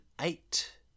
eight